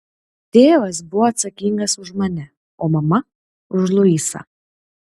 tėvas buvo atsakingas už mane o mama už luisą